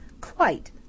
Quite